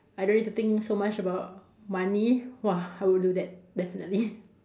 I don't need to think so much about money !wah! I would do that definitely